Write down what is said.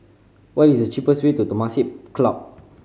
what is the cheapest way to Temasek Club